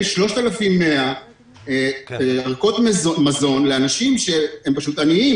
3,100 ערכות מזון לאנשים שהם פשוט עניים,